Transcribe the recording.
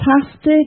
fantastic